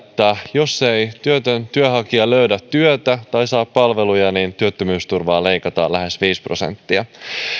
jos ei työtön työnhakija löydä työtä tai saa palveluja niin työttömyysturvaa leikataan lähes viisi prosenttia